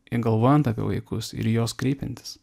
ir galvojant apie vaikus ir į juos kreipiantis